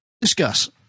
discuss